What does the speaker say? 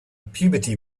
puberty